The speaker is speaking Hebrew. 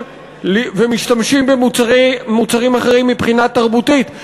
ומשתמשים במוצרים אחרים מבחינה תרבותית,